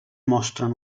mostren